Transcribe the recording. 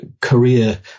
career